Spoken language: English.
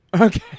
okay